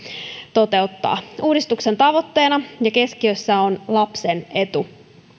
toteuttaa uudistuksen tavoitteena ja keskiössä on lapsen etu